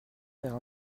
faire